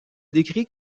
décrit